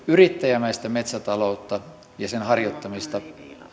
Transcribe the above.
yrittäjämäistä metsätaloutta ja sen harjoittamista